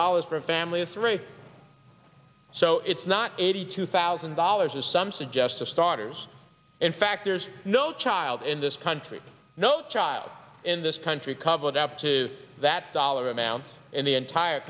dollars for a family of three so it's not eighty two thousand dollars as some suggest of starters in fact there's no child in this country no child in this country covered up to that dollar amounts in the entire